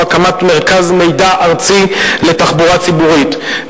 הקמת מרכז מידע ארצי לתחבורה ציבורית.